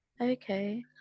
Okay